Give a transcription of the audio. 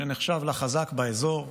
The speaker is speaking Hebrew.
שנחשב לחזק באזור,